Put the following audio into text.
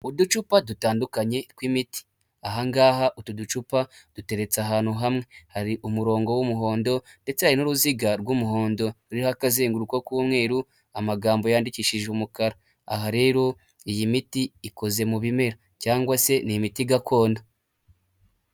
Uducupa dutandukanye tw'imiti. Aha ngaha utu ducupa duteretse ahantu hamwe, hari umurongo w'umuhondo ndetse hari n'uruziga rw'umuhondo ruriho akazenguruko k'umweru, amagambo yandikishije umukara. Aha rero iyi miti ikoze mu bimera cyangwa se ni imiti gakondo.